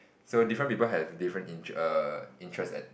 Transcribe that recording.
so different people have different interest err interest at